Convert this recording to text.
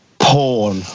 porn